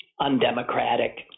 undemocratic